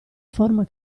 forma